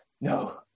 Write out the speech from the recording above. no